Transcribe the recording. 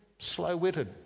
slow-witted